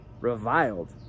reviled